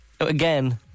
Again